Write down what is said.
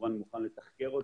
כמובן מוכן לתחקר,